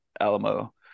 alamo